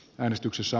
menestyksessä